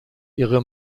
ihre